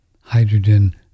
hydrogen